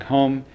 Home